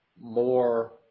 more